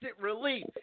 relief